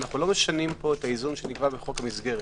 אנחנו לא משנים פה את האיזון שנקבע בחוק המסגרת.